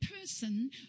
person